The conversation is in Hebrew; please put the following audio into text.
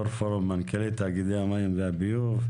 יו"ר פורום מנכ"לי תאגידי המים והביוב.